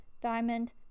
Diamond